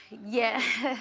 yeah,